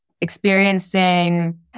experiencing